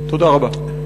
תודה רבה.